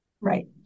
Right